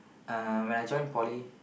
uh when I joined poly